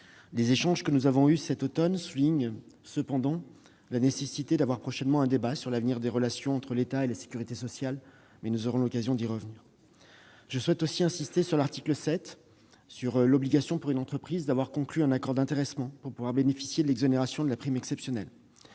Les échanges que nous avons eus cet automne soulignent la nécessité d'avoir prochainement un débat sur l'avenir des relations entre l'État et la sécurité sociale. Nous aurons l'occasion d'y revenir. Je souhaite également insister sur l'article 7 et l'obligation pour une entreprise d'avoir conclu un accord d'intéressement pour pouvoir bénéficier de l'exonération de la prime exceptionnelle.